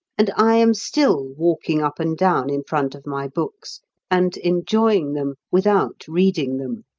and i am still walking up and down in front of my books and enjoying them without reading them.